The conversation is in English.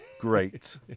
great